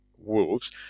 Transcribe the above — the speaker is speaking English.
wolves